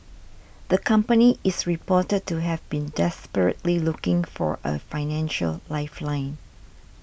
the company is reported to have been desperately looking for a financial lifeline